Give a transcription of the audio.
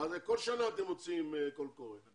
כל שנה אתם מוציאים קול קורא.